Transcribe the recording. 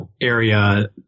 area